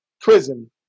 prison